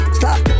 stop